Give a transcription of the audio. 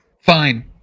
Fine